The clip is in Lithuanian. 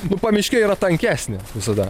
nu pamiškė yra tankesnė visada